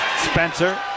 Spencer